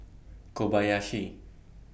Kobayashi